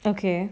okay